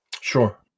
Sure